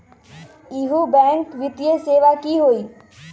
इहु बैंक वित्तीय सेवा की होई?